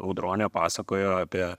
audronė pasakojo apie